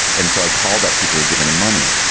and so i called up people who given a money.